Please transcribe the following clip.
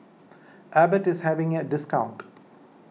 Abbott is having a discount